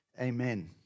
Amen